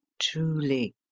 truly